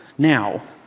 now,